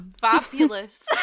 fabulous